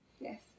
Yes